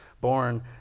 born